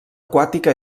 aquàtica